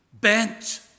bent